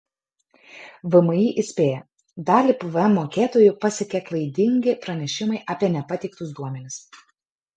vmi įspėja dalį pvm mokėtojų pasiekė klaidingi pranešimai apie nepateiktus duomenis